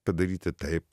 padaryti taip